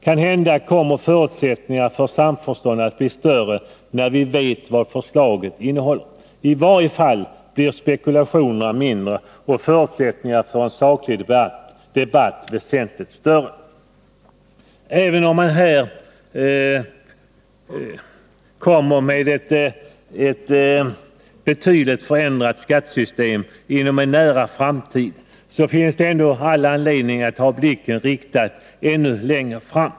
Kanhända kommer förutsättningarna för samförstånd att bli större när vi vet vad förslaget innehåller. I varje fall blir då spekulationerna mindre och förutsättningarna för en saklig debatt väsentligt större. Även om vi nu får ett betydligt förändrat skattesystem inom en nära framtid, så finns det all anledning att ha blicken riktad ännu längre fram.